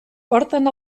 porten